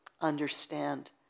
understand